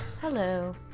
Hello